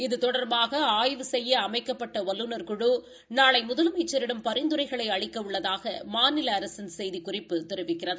இது தொடர்பாக ஆய்வு செய்ய அமைக்கப்பட்ட வல்லுநர் குழு நாளை முதலமைச்சிடம் பரிநதுரைகளை அளிக்க உள்ளதாக மாநில அரசின் செய்திக்குறிப்பு தெரிவிக்கிறது